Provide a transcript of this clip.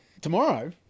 Tomorrow